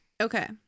Okay